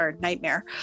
nightmare